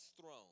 throne